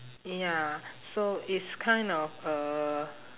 ya so it's kind of uh